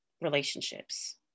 relationships